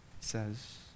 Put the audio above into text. says